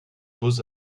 beaux